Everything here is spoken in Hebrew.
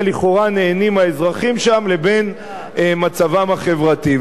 לכאורה נהנים האזרחים שם לבין מצבם החברתי.